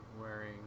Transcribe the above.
wearing